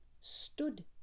stood